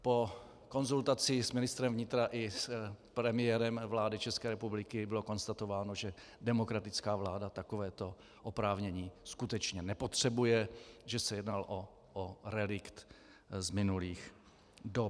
Po konzultaci s ministrem vnitra i s premiérem vlády České republiky bylo konstatováno, že demokratická vláda takovéto oprávnění skutečně nepotřebuje, že se jedná o relikt z minulých dob.